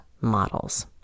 models